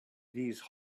these